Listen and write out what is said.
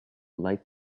light